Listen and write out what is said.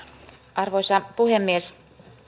arvoisa puhemies